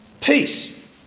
peace